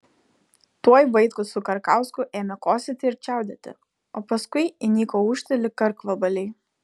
tuoj vaitkus su karkausku ėmė kosėti ir čiaudėti o paskui įniko ūžti lyg karkvabaliai